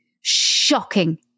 Shocking